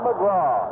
McGraw